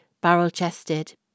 barrel-chested